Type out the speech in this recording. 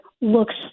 looks